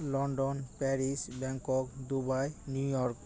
London Paris Bangkok Dubai New York